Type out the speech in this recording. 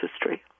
history